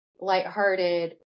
lighthearted